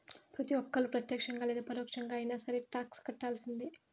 ప్రతి ఒక్కళ్ళు ప్రత్యక్షంగా లేదా పరోక్షంగా అయినా సరే టాక్స్ కట్టాల్సిందే